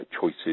choices